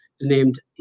named